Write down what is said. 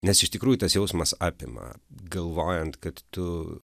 nes iš tikrųjų tas jausmas apima galvojant kad tu